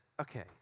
okay